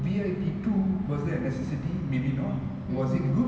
I think we come back to the part where the sequel is not good enough as the